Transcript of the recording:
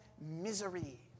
misery